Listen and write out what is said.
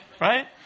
right